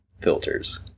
filters